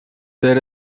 there